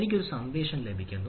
എനിക്ക് ആ സന്ദേശം ലഭിക്കുന്നു